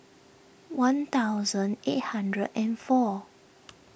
one thousand eight hundred and four